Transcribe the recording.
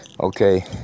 okay